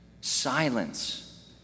silence